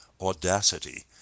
audacity